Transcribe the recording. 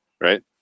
right